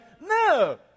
No